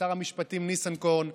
לשר המשפטים ניסנקורן,